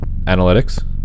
analytics